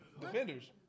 Defenders